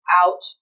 out